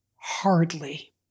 hardly